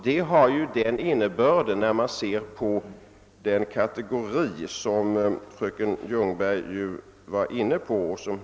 Detta har ju sin speciella innebörd när man ser på den kategori som fröken Ljungberg talar om.